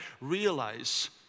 realize